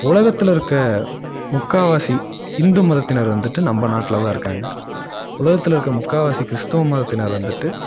உலகத்தில் இருக்க முக்கால்வாசி ஹிந்து மதத்தினர் வந்துட்டு நம்ம நாட்டில்தான் இருக்காங்க உலகத்தில் இருக்க முக்கால்வாசி கிறிஸ்துவ மதத்தினர் வந்துட்டு